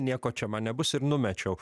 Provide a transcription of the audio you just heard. nieko čia man nebus ir numečiau